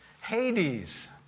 Hades